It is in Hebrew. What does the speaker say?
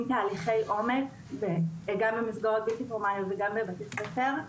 תהליכי עומק גם במסגרות בלתי פורמליות וגם בבתי-ספר.